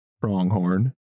pronghorn